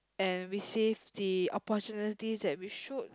and receive the opportunities that we should